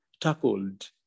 tackled